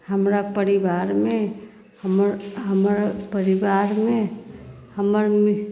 हमरा परिवारमे हमर हमर परिवारमे हमरमे